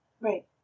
Right